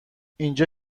اینجا